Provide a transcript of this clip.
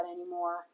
anymore